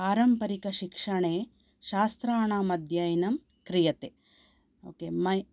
पारम्परिकशिक्षणे शास्त्रानाम् अध्ययनं क्रियते ओके मै